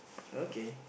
okay